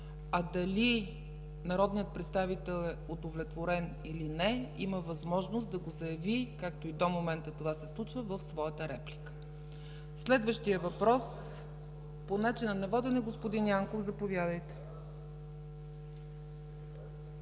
а дали народният представител е удовлетворен или не, има възможност да го заяви, както и до момента това се случва, в своята реплика. По начина на водене – заповядайте,